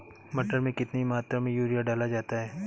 मटर में कितनी मात्रा में यूरिया डाला जाता है?